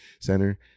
center